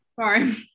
sorry